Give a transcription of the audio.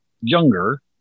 younger